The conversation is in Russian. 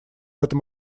этом